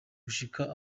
gushika